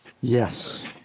Yes